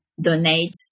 donate